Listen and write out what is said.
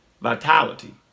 Vitality